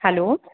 hello